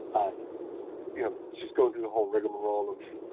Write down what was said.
and you know, just go through the whole rigmarole of,